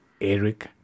Eric